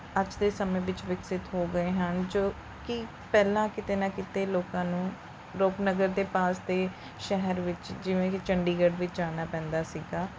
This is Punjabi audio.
ਅੱਜ ਦੇ ਸਮੇਂ ਵਿੱਚ ਵਿਕਸਿਤ ਹੋ ਗਏ ਹਨ ਜੋ ਕਿ ਪਹਿਲਾਂ ਕਿਤੇ ਨਾ ਕਿਤੇ ਲੋਕਾਂ ਨੂੰ ਰੂਪਨਗਰ ਦੇ ਪਾਸ ਦੇ ਸ਼ਹਿਰ ਵਿੱਚ ਜਿਵੇਂ ਕਿ ਚੰਡੀਗੜ੍ਹ ਵਿੱਚ ਜਾਣਾ ਪੈਂਦਾ ਸੀਗਾ